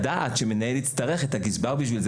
הדעת שהמנהל יצטרך את הגזבר בשבילם,